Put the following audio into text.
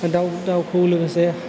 दाउ दाउ खौवौ लोगोसे